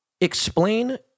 Explain